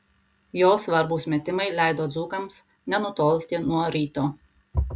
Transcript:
jo svarbūs metimai leido dzūkams nenutolti nuo ryto